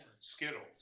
Skittles